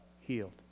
healed